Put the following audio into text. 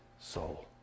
soul